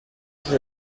sus